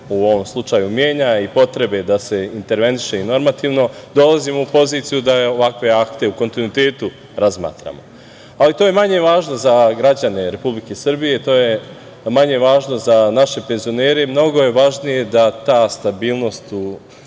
u ovom slučaju menja i potrebe da se interveniše i normativno dolazimo u poziciju da ovakve akte u kontinuitetu razmatramo. Ali to je manje važno za građane Republike Srbije, to je manje važno za naše penzionere. Mnogo je važnije da ta stabilnost u